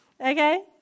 Okay